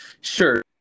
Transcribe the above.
Sure